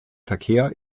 verkehr